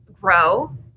grow